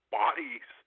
bodies